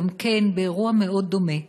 גם כן באירוע מאוד דומה,